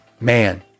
man